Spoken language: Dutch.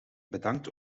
bedankt